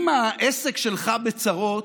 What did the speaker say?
אם העסק שלך בצרות,